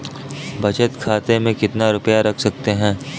बचत खाते में कितना रुपया रख सकते हैं?